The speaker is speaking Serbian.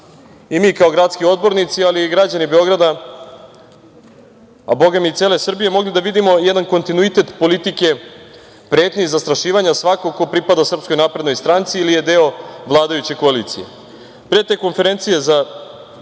i mi kao gradski odbornici, ali i građani Beograda, a bogami i cele Srbije, mogli da vidimo jedan kontinuitet politike pretnji i zastrašivanja svakog ko pripada SNS ili je deo vladajuće koalicije. Pre te konferencije za